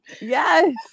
Yes